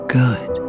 good